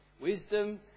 Wisdom